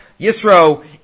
Yisro